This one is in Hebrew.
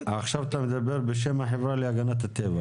-- עכשיו אתה מדבר בשם החברה להגנת הטבע.